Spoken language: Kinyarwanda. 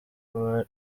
kuba